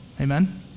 Amen